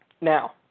Now